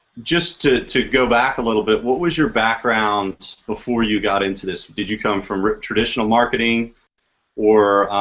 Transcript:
just to to go back a little bit. what was your background before you got into this? did you come from traditional marketing or